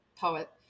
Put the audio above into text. poet